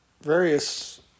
various